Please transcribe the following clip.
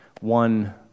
one